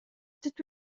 dydw